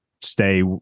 stay